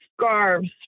scarves